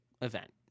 event